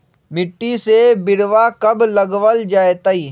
मिट्टी में बिरवा कब लगवल जयतई?